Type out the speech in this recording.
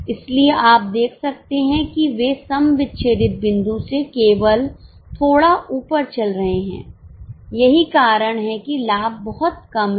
इसलिए आप देख सकते हैं कि वे सम विच्छेदित बिंदु से केवल थोड़ा ऊपर चल रहे हैं यही कारण है कि लाभ बहुत कम है